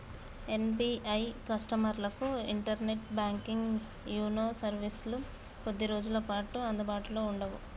SBI కస్టమర్లకు internet banking YONO సర్వీసులు కొద్ది రోజులపాటు అందుబాటులో ఉండవట